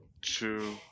two